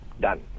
done